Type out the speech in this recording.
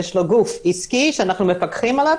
יש לו גוף עסקי שאנחנו מפקחים עליו,